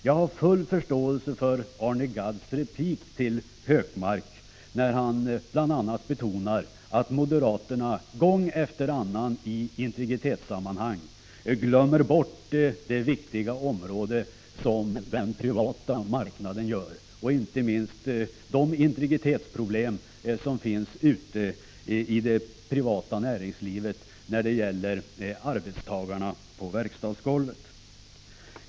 Jag har full förståelse för Arne Gadds replik till Gunnar Hökmark, i vilken han bl.a. betonar att moderaterna gång efter annan i integritetssammanhang glömmer bort det viktiga område som den privata marknaden utgör, inte minst de integritetsproblem som i det privata näringslivet drabbar arbetstagarna på verkstadsgolvet.